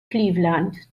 cleveland